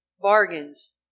bargains